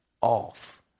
off